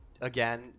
again